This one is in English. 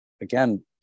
again